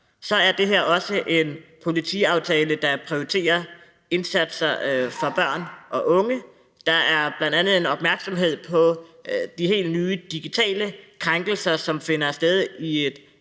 så er det her også en politiaftale, der prioriterer indsatser for børn og unge. Der er bl.a. opmærksomhed om de helt nye digitale krænkelser, som finder sted i et